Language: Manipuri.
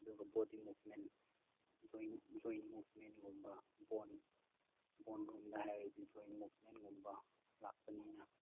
ꯑꯗꯨꯒ ꯕꯣꯗꯤ ꯃꯨꯞꯃꯦꯟ ꯖꯣꯏꯟ ꯃꯨꯞꯃꯦꯟꯒꯨꯝꯕ ꯕꯣꯟ ꯕꯣꯟꯒꯨꯝꯕ ꯍꯥꯏꯔꯗꯤ ꯖꯣꯏꯟ ꯃꯨꯞꯃꯦꯟꯒꯨꯝꯕ ꯂꯥꯛꯄꯅꯤꯅ